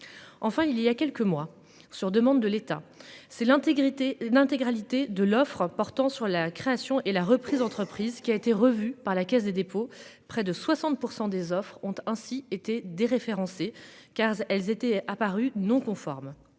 Enfin il y a quelques mois, sur demande de l'État c'est l'intégrité de l'intégralité de l'offre portant sur la création et la reprise d'entreprise qui a été revu par la Caisse des dépôts, près de 60% des offres ont ainsi été déréférencé car elles étaient apparus non conformes.